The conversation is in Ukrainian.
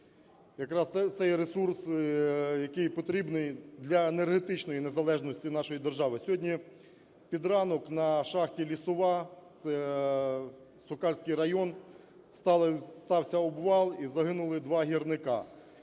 якраз цей ресурс, який потрібний для енергетичної незалежності нашої держави. Сьогодні під ранок на шахті "Лісова" (це Сокальський район) стався обвал і загинули два гірника.